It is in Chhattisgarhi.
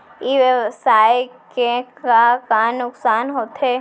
ई व्यवसाय के का का नुक़सान होथे?